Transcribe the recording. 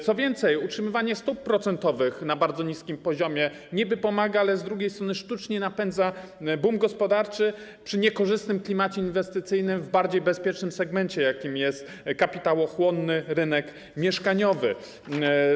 Co więcej, utrzymywanie stóp procentowych na bardzo niskim poziomie niby pomaga, ale z drugiej strony sztucznie napędza bum gospodarczy, przy niekorzystnym klimacie inwestycyjnym w bardziej bezpiecznym segmencie, jakim jest kapitałochłonny rynek mieszkaniowy.